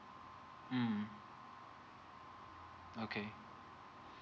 mm okay